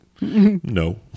no